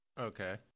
okay